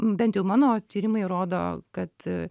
bent jau mano tyrimai rodo kad